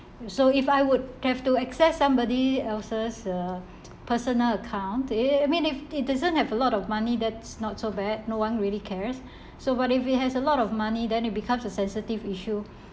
so if I were to have to access somebody else's uh personal account it~ it mean if it doesn't have a lot of money that's not so bad no one really cares so what if it has a lot of money then it becomes a sensitive issue